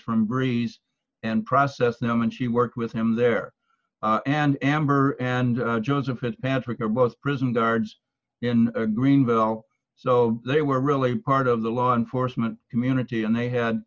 from grease and process them and she worked with him there and amber and joseph and patrick are both prison guards in greenville so they were really part of the law enforcement community and they had